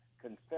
confess